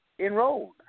Enrolled